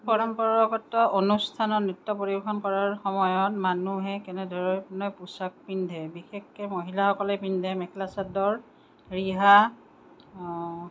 পৰম্পৰাগত অনুষ্ঠানত নৃত্য় পৰিৱেশন কৰাৰ সময়ত মানুহে কেনেধৰণে পোছাক পিন্ধে বিশেষকৈ মহিলাসকলে পিন্ধে মেখেলা চাদৰ ৰিহা